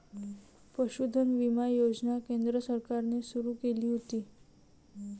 पशुधन विमा योजना केंद्र सरकारने सुरू केली होती